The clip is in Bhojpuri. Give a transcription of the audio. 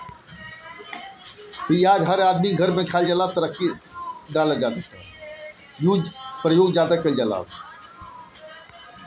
पियाज हर दिन खाए वाला सब्जी हअ, इ सब तरकारी में डालल जाला